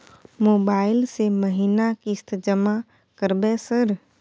Mobile से महीना किस्त जमा करबै सर?